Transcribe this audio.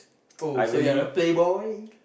oh so you're a playboy